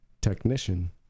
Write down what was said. Technician